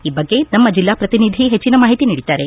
ಈ ಬಗ್ಗೆ ನಮ್ಮ ಜಿಲ್ಲಾ ಪ್ರತಿನಿಧಿ ಹೆಚ್ಚಿನ ಮಾಹಿತಿ ನೀಡಿದ್ದಾರೆ